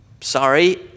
sorry